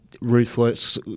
ruthless